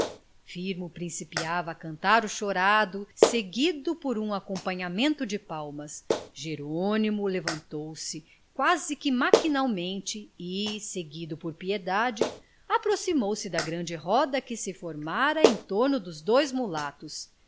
firmo principiava a cantar o chorado seguido por um acompanhamento de palmas jerônimo levantou-se quase que maquinalmente e seguido por piedade aproximou-se da grande roda que se formara em torno dos dois mulatos